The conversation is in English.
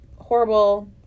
horrible